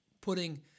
putting